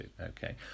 Okay